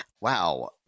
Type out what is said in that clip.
wow